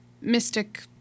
mystic